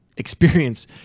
experience